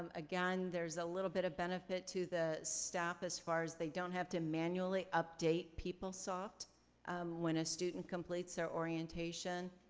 ah again, there's a little bit of benefit to the staff as far as they don't have to manually update peoplesoft when a student completes their orientation,